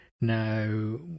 Now